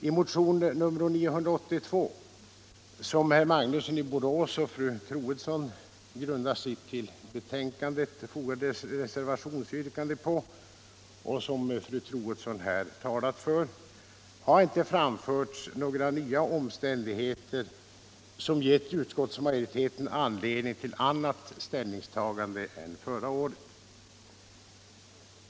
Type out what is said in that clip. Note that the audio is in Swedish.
I motionen nr 982 — som herr Magnusson i Borås och fru Troedsson grundar sitt till betänkandet fogade reservationsyrkande på och som fru Troedsson här talat för — har inte framförts några nya omständigheter som gett utskottsmajoriteten anledning till annat ställningstagande än förra året.